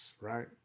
right